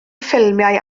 ffilmiau